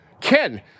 ken